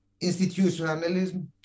institutionalism